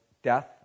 Death